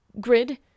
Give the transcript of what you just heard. grid